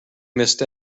missed